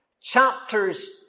chapters